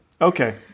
Okay